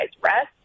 rest